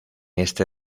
este